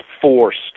forced